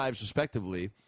respectively